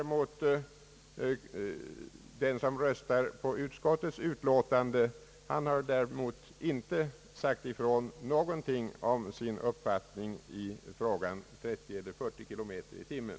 Den som röstar på utskottets utlåtande har däremot inte tagit någon ståndpunkt i frågan om 30 eller 40 kilometer i timmen.